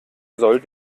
soll